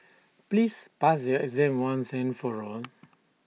please pass your exam once and for all